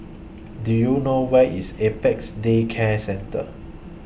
Do YOU know Where IS Apex Day Care Centre